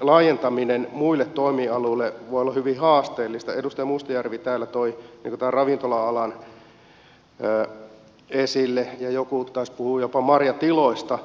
laajentaminen muille toimialoille voi olla hyvin haasteellista edustaja mustajärvi täällä toi ravintola alan esille ja joku taisi puhua jopa marjatiloista